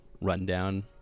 rundown